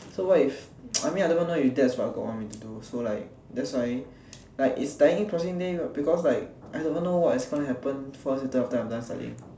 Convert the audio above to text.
so what if I mean I don't even know if that what god want me to do so like that's why like is die with each passing day because like I don't even know what's gonna happen four years after I am done studying